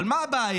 אבל מה הבעיה?